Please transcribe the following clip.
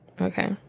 Okay